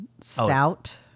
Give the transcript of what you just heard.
stout